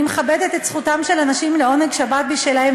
אני מכבדת את זכותם של אנשים לעונג שבת משלהם,